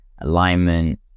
alignment